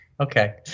okay